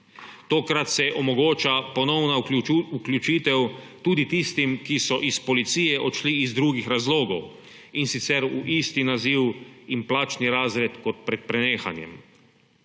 Tokrat se omogoča ponovna vključitev tudi tistim, ki so iz policije odšli iz drugih razlogov, in sicer v isti naziv in plačni razred kot pred prenehanjem.